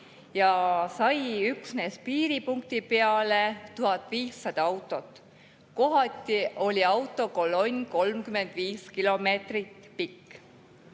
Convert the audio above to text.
ja sai üksnes piiripunkti peale 1500 autot. Kohati oli autokolonn 35 kilomeetrit pikk.